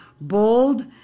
bold